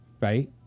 Right